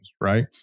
Right